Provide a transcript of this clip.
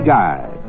Guide